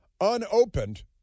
unopened